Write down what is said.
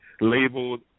labeled